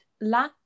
La